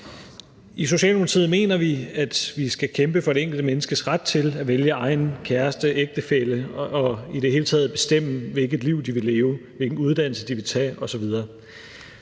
I Socialdemokratiet mener vi, at vi skal kæmpe for det enkelte menneskes ret til at vælge egen kæreste eller ægtefælle og i det hele taget at bestemme, hvilket liv man vil leve, hvilken uddannelse man vil tage, osv.